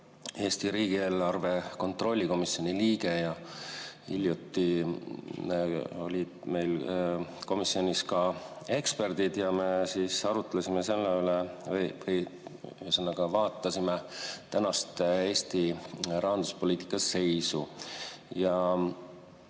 Eesti riigieelarve kontrolli [eri]komisjoni liige. Hiljuti olid meil komisjonis ka eksperdid ja me arutlesime selle üle või, ühesõnaga, vaatasime tänast Eesti rahanduspoliitika seisu. Ja